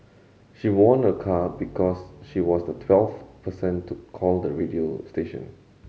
she won a car because she was the twelfth person to call the radio station